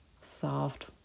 soft